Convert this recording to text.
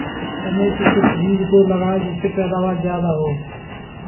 चने के किस बीज को लगाएँ जिससे पैदावार ज्यादा हो?